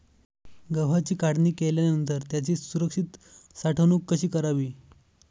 गव्हाची काढणी केल्यानंतर त्याची सुरक्षित साठवणूक कशी करावी?